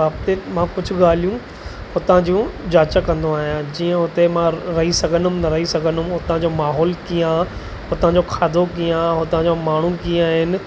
माप ते माप जूं ॻाल्हियूं हुतां जूं जांच कंदो आहियां जीअं उते मां रही सधंदुमि न रही सधंदुमि हुतां जो माहौलु कीअं आहे हुतां जो खाधो कीअं आहे हुतां जा माण्हू कीअं आहिनि